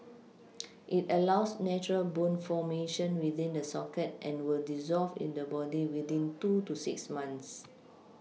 it allows natural bone formation within the socket and will dissolve in the body within two to six months